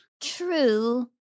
True